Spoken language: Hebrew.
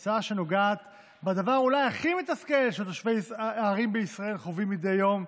זו הצעה שנוגעת בדבר אולי הכי מתסכל שתושבי הערים בישראל חווים מדי יום,